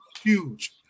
huge